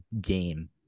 game